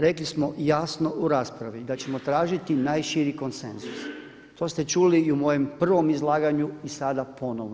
Rekli smo jasno u raspravi da ćemo tražiti najširi konsenzus, to ste čuli i u mojem prvom izlaganju i sada ponovno.